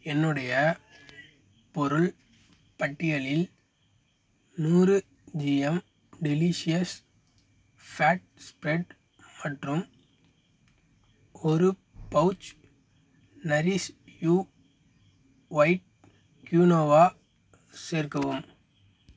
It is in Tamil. என்னுடைய பொருள் பட்டியலில் நூறு ஜிஎம் டெலிஷியஸ் ஃபேட் ஸ்ப்ரெட் மற்றும் ஒரு pouch nourish you white quinoa சேர்க்கவும்